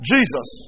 Jesus